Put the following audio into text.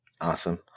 Awesome